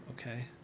okay